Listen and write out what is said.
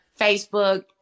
Facebook